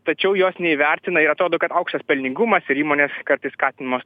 tačiau jos neįvertina ir atrodo kad aukštas pelningumas ir įmonės kartais skatinamos